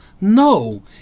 No